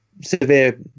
severe